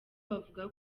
bavuga